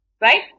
Right